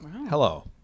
Hello